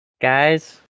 Guys